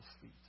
feet